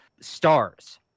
stars